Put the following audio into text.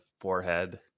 forehead